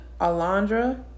Alondra